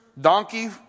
donkey